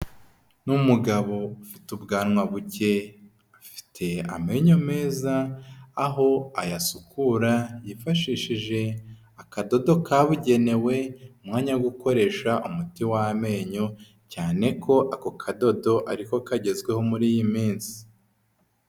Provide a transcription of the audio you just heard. Ni umugabo ufite ubwanwa buke, afite amenyo meza, aho ayasukura, yifashishije akadodo kabugenewe, umwanya wo gukoresha umuti w'amenyo, cyane ko ako kadodo ariko kagezweho muri iyi minsi.